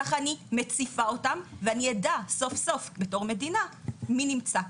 ככה אני מציפה אותם ואני אדע סוף סוף בתור מדינה מי נמצא כאן.